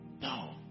No